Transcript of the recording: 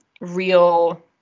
real